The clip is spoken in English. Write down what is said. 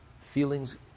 feelings